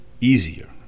easier